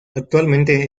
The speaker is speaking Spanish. actualmente